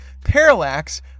Parallax